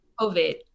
COVID